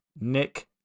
Nick